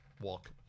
walk